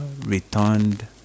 returned